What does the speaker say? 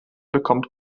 bekommt